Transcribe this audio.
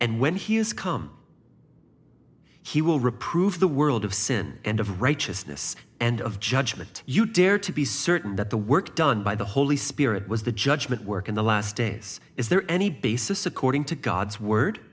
and when he is come he will reprove the world of sin and of righteousness and of judgment you dare to be certain that the work done by the holy spirit was the judgment work in the last days is there any basis according to god's word